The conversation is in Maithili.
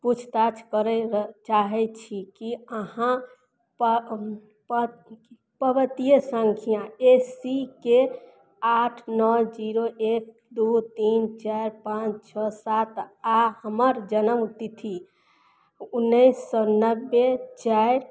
पूछताछ करय चाहय छी की अहाँ पाक प पवतिये संख्या ए सी के आठ नओ जीरो एक दू तीन चारि पाँच छओ सात आओर हमर जनम तिथि उनैस सओ नब्बे चारि